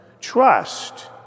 trust